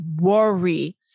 worry